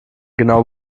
genau